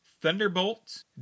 thunderbolt